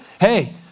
Hey